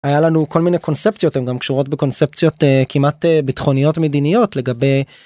היה לנו כל מיני קונספציות הם גם קשורות בקונספציות כמעט ביטחוניות מדיניות לגבי.